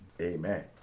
amen